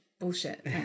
bullshit